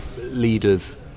leaders